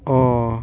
ও